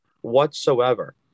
whatsoever